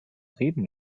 reden